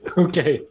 okay